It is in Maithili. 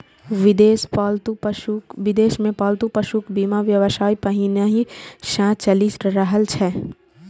विदेश मे पालतू पशुक बीमा व्यवसाय पहिनहि सं चलि रहल छै